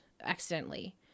accidentally